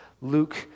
Luke